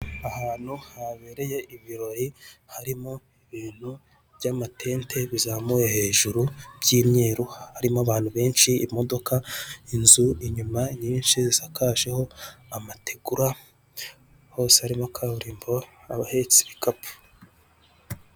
Ahantu habereye ibirari harimo ibintu by'amatente bizamuye hejuru by'imweru harimo abantu benshi imodoka inzu inyuma nyinshi zisakajeho amategura, hose harimo kaburimbo abahetse ibikapu.